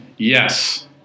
Yes